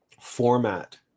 format